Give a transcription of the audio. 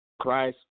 Christ